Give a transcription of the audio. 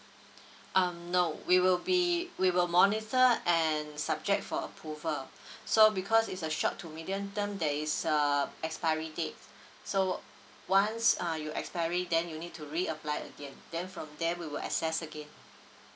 um no we will be we will monitor and subject for approval so because it's a short to medium term there is err expiry date so once uh you expiry then you need to reapply again then from there we will assess again